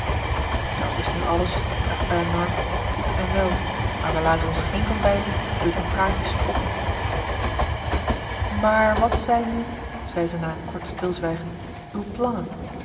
dat is nu alles dacht elinor goed en wel maar wij laten ons geen van beiden door die praatjes foppen maar wat zijn nu zei ze na een kort stilzwijgen uw plannen